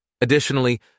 Additionally